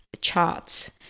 charts